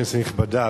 כנסת נכבדה,